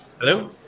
Hello